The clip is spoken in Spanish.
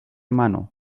mano